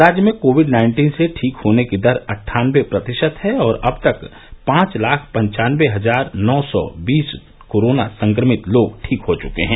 राज्य में Covid nineteen से ठीक होने की दर अठानबे प्रतिशत है और अब तक पांच लाख पन्यान्नबे हजार नौ सौ बीस कोरोना संक्रमित लोग ठीक हो चुके हैं